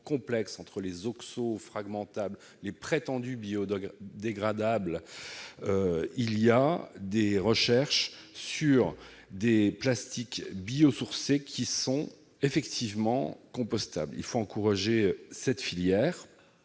complexe, des oxofragmentables, des prétendus biodégradables, etc. Il y a actuellement des recherches sur des plastiques biosourcés qui sont effectivement compostables. Il faut encourager cette filière